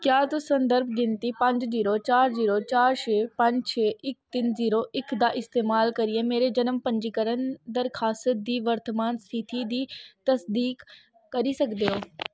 क्या तुस संदर्भ गिनतरी पंज जीरो चार जीरो चार छे पंज छे इक तिन्न जीरो इक्क दा इस्तेमाल करियै मेरे जनम पंजीकरण दरखास्त दी वर्तमान स्थिति दी तसदीक करी सकदे ओ